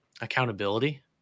accountability